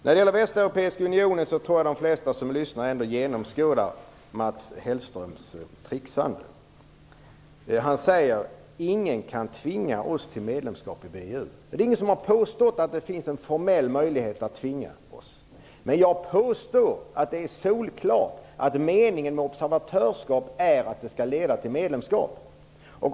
När det gäller Västeuropeiska unionen tror jag att de flesta som lyssnade till Mats Hellström genomskådade hans trixande. Han säger att ingen kan tvinga oss till medlemskap i VEU. Det är ingen som har påstått att det finns en formell möjlighet att tvinga oss. Men jag påstår att det är solklart att meningen med ett observatörsskap är att det skall leda till medlemskap.